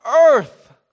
earth